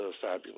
fabulous